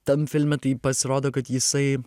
tam filme tai pasirodo kad jisai